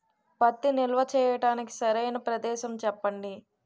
పత్తి నిల్వ చేయటానికి సరైన ప్రదేశం చెప్పండి?